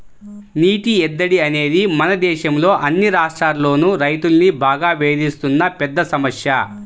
నీటి ఎద్దడి అనేది మన దేశంలో అన్ని రాష్ట్రాల్లోనూ రైతుల్ని బాగా వేధిస్తున్న పెద్ద సమస్య